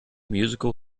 musical